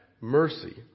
mercy